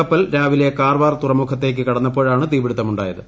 കപ്പൽ രാവിലെ കാർവാർ തുറമുഖത്തേയ്ക്ക് കടന്നപ്പോഴാണ് തീപിടുത്തമുണ്ടായത്